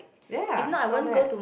ya saw that